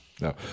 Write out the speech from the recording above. no